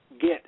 get